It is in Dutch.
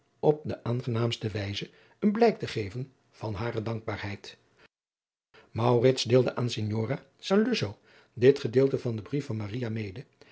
op de aangenaamste wijze een blijk te geven van hare dankbaarheid maurits deelde aan signora saluzzo dit gedeelte van den brief van maria mede